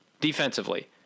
defensively